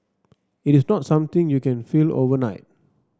it is not something you can feel overnight